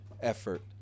effort